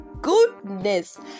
goodness